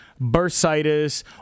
bursitis